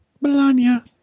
Melania